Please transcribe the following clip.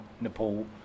Nepal